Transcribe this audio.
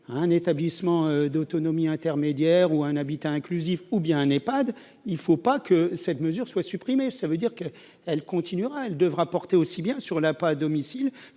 un établissement d'autonomie intermédiaire ou un habitat inclusif ou bien Nepad, il ne faut pas que cette mesure soit supprimé, ça veut dire que, elle continuera, elle devra porter aussi bien sur la pas à domicile